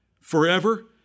forever